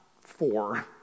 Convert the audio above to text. four